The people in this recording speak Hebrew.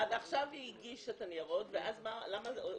אז עכשיו היא הגישה את הניירות ואז למה פסלו?